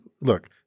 look